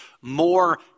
more